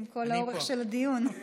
עם כל האורך של הדיון.